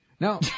Now